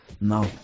No